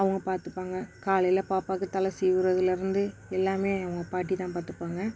அவங்க பார்த்துப்பாங்க காலையில் பாப்பாக்கு தலை சீவி விடுறதுலேர்ந்து எல்லாம் அவங்க பாட்டி தான் பார்த்துப்பாங்க